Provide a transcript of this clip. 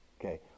Okay